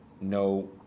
No